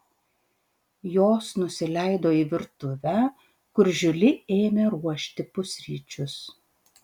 jos nusileido į virtuvę kur žiuli ėmė ruošti pusryčius